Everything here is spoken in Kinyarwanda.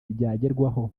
ryagerwaho